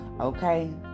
okay